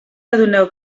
adoneu